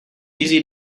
easy